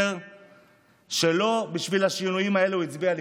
שסיפר שלא בשביל השינויים האלה הוא הצביע ליכוד.